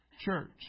church